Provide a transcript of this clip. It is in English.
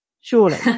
surely